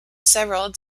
several